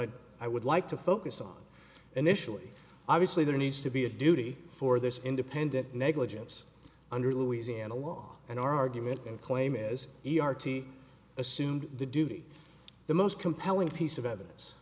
i would like to focus on initially obviously there needs to be a duty for this independent negligence under louisiana law an argument and claim as e r to assume the duty the most compelling piece of evidence